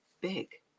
big